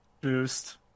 boost